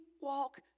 walk